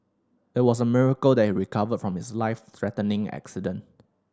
it was a miracle that he recovered from his life threatening accident